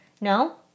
No